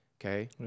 okay